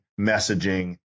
messaging